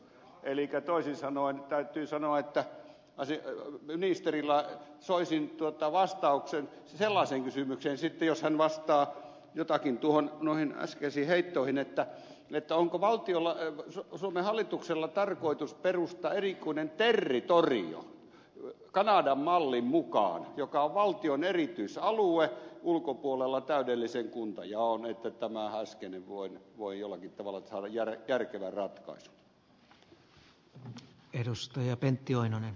elikkä toisin sanoen täytyy sanoa että ministeriltä soisin vastauksen sellaiseen kysymykseen sitten jos hän vastaa jotakin noihin äskeisiin heittoihin onko valtiolla suomen hallituksella tarkoitus perustaa erikoinen territorio kanadan mallin mukaan joka on valtion erityisalue ulkopuolella täydellisen kuntajaon niin että tämä äskeinen voi jollakin tavalla saada järkevän ratkaisun